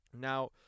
Now